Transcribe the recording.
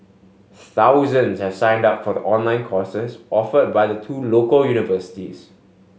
thousands have signed up for the online courses offered by the two local universities